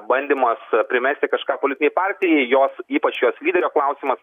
bandymas primesti kažką politinei partijai jos ypač jos lyderio klausimas